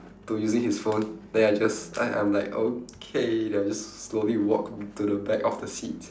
to using his phone then I just I I'm like okay then I'll just slowly walk to the back of the seat